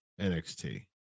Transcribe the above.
NXT